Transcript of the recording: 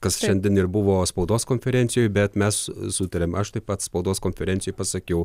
kas šiandien ir buvo spaudos konferencijoj bet mes sutarėm aš taip pat spaudos konferencijoj pasakiau